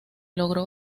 logró